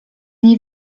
nie